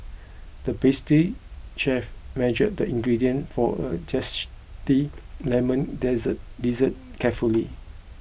the pastry chef measured the ingredients for a zesty lemon desert dessert carefully